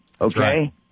Okay